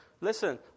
Listen